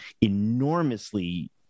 enormously